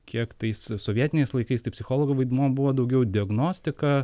kiek tais sovietiniais laikais tai psichologo vaidmuo buvo daugiau diagnostika